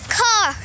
car